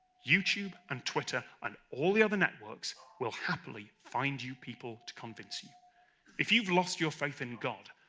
youtube and twitter and all the other networks will happily find you people to convince you if you've lost your faith in god,